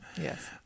Yes